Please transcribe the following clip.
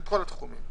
בכל תחום.